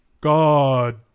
God